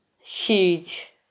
huge